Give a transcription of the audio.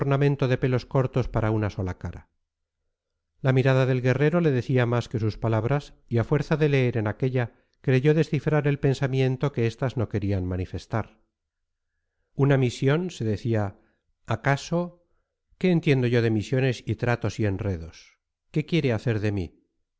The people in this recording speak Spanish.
de pelos cortos para una sola cara la mirada del guerrero le decía más que sus palabras y a fuerza de leer en aquella creyó descifrar el pensamiento que estas no querían manifestar una misión se decía acaso qué entiendo yo de misiones y tratos y enredos qué quiere hacer de mí